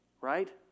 right